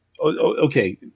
Okay